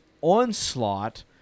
onslaught